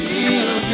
Feel